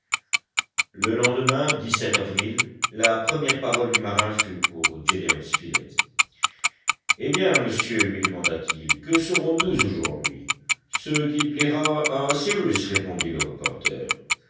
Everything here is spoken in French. le lendemain avril la première parole du marin fut pour gédéon spilett eh bien monsieur lui demanda-t-il que serons-nous aujourd'hui ce qu'il plaira à cyrus répondit le reporter